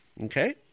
Okay